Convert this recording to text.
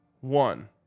One